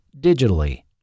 digitally